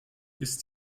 ist